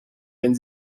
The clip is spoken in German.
wenn